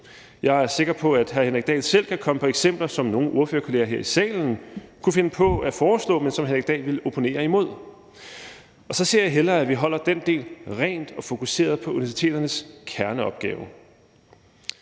Jeg er sikker på, at hr. Henrik Dahl selv kan komme med eksempler på noget, som nogle ordførere og kolleger her i salen kunne finde på at foreslå, men som hr. Henrik Dahl ville opponere imod. Så ser jeg hellere, at vi holder den del ren og fokuseret på universiteternes kerneopgave.